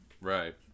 Right